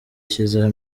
ashyizeho